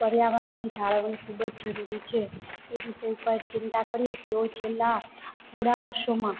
પર્યાવરણની જાળવણી ખૂબ જ જરૂરી છે એ વિષય પર ચિંતા કરીએ તો છેલ્લા થોડા વર્ષોમાં